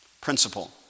Principle